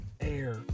air